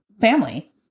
family